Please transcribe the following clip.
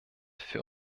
für